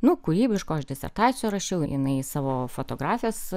nu kūrybiško aš disertaciją rašiau jinai savo fotografės